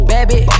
Baby